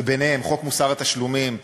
וביניהם חוק מוסר התשלומים,